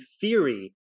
theory